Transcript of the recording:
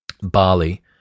Bali